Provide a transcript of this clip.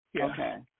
Okay